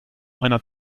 einer